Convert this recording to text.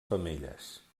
femelles